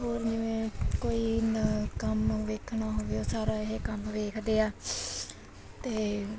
ਹੋਰ ਜਿਵੇਂ ਕੋਈ ਨਾ ਕੰਮ ਵੇਖਣਾ ਹੋਵੇ ਉਹ ਸਾਰਾ ਇਹ ਕੰਮ ਵੇਖਦੇ ਆ ਅਤੇ